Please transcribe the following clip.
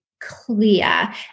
clear